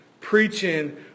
preaching